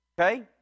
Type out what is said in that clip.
Okay